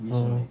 oh